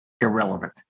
irrelevant